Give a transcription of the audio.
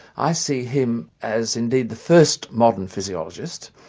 i see him as indeed the first modern physiologist,